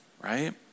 right